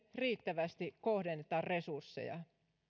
riittävästi kohdenneta resursseja